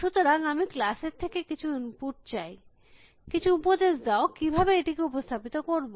সুতরাং আমি ক্লাস এরথেকে কিছু ইনপুট চাই কিছু উপদেশ দাও কিভাবে এটিকে উপস্থাপিত করব